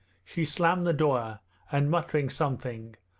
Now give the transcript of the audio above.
she slammed the door and, muttering something,